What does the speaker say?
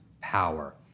power